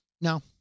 no